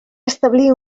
establir